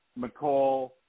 McCall